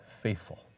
faithful